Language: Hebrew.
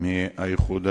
מהאיחוד הלאומי.